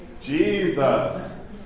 Jesus